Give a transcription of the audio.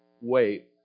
wait